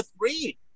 three